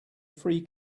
free